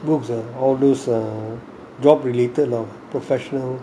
books ah all those ugh job related lah professional